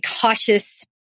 cautious